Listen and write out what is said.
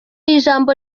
ijambo